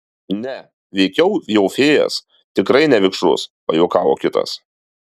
ne veikiau jau fėjas tikrai ne vikšrus pajuokavo kitas